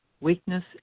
weakness